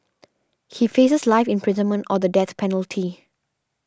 he faces life imprisonment or the death penalty